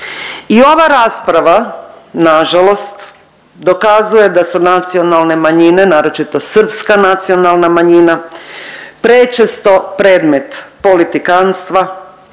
I ova rasprava nažalost dokazuje da su nacionalne manjine, naročito Srpska nacionalna manjina, prečesto predmet politikanstva,